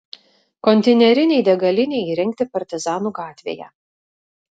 konteinerinei degalinei įrengti partizanų gatvėje